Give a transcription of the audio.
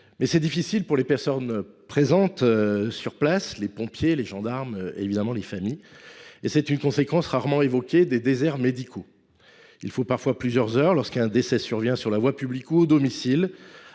Loire – est difficile à vivre pour les personnes présentes sur place, pompiers, gendarmes et famille. C’est une conséquence rarement évoquée des déserts médicaux : il faut parfois plusieurs heures, lorsqu’un décès survient sur la voie publique ou au domicile,